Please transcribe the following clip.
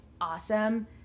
awesome